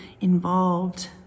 involved